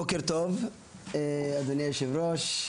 בוקר טוב אדוני יושב הראש.